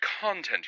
content